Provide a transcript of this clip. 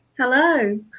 Hello